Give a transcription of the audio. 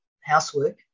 housework